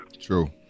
True